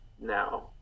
now